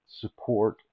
support